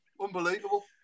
Unbelievable